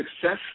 success